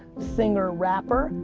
singer, rapper,